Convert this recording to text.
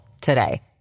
today